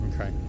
Okay